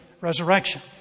resurrection